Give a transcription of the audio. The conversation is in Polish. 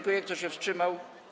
Kto się wstrzymał?